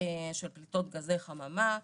של פליטות גזי חממה,